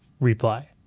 reply